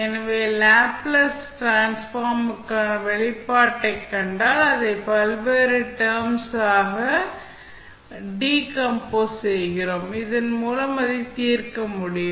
எனவே லாப்லேஸ் டிரான்ஸ்ஃபார்முக்கான வெளிப்பாட்டை கண்டால் அதை பல்வேறு டெர்ம்ஸ் ஆக டெர்ம்ஸ் டீகம்போஸ் செய்கிறோம் இதன் மூலம் அதை தீர்க்க முடியும்